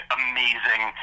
amazing